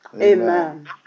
Amen